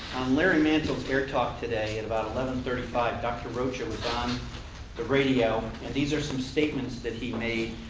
larry mantle's air talk today at about eleven thirty five dr. rocha was on the radio and these are some statements that he made.